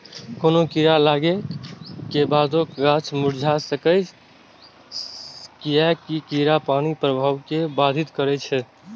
कोनो कीड़ा लागै के बादो गाछ मुरझा सकैए, कियैकि कीड़ा पानिक प्रवाह कें बाधित करै छै